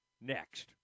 next